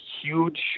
huge